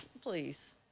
Please